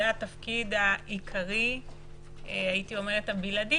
זה התפקיד העיקרי ואף הבלעדי